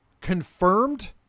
confirmed